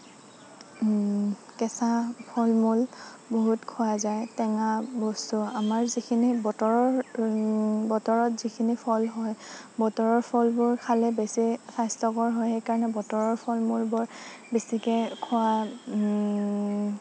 কেঁচা ফলমূল বহুত খোৱা যায় টেঙা বস্তু আমাৰ যিখিনি বতৰৰ বতৰত যিখিনি ফল হয় বতৰৰ ফলবোৰ খালে বেছি স্বাস্থ্যকৰ হয় সেইকাৰণে বতৰৰ ফলমূলবোৰ বেছিকৈ খোৱা